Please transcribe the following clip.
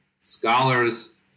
scholars